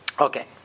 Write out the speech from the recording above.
Okay